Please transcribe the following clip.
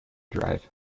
drive